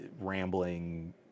rambling